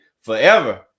forever